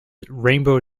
rainbow